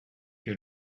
que